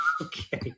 okay